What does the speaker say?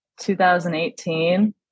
2018